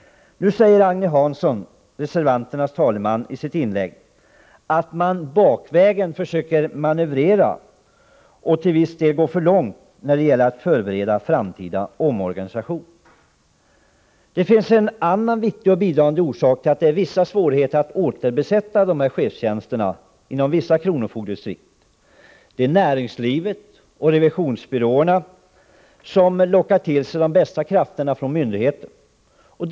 Nu säger Agne Hansson, reservanternas talesman, i sitt inlägg att man bakvägen försöker manövrera och till viss del går för långt när det gäller att förbereda framtida omorganisation. Det finns en annan viktig, bidragande orsak till att det är vissa svårigheter att återbesätta chefstjänsterna inom vissa kronofogdedistrikt. Det är näringslivet och revisionsbyråerna som lockar till sig de bästa krafterna från myndigheterna.